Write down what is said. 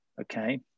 okay